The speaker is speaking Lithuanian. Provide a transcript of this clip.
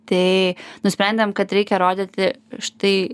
tai nusprendėm kad reikia rodyti štai